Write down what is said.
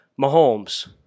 Mahomes